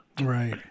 right